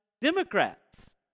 Democrats